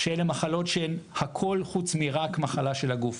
אלה מחלות של הכול חוץ מרק מחלה של הגוף.